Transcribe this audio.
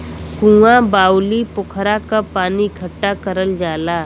कुँआ, बाउली, पोखरा क पानी इकट्ठा करल जाला